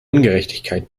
ungerechtigkeit